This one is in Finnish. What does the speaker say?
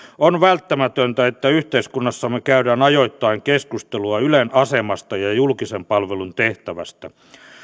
on välttämätöntä että yhteiskunnassamme käydään ajoittain keskustelua ylen asemasta ja julkisen palvelun tehtävästä